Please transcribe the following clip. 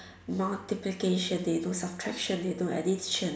multiplication they know subtraction they know addition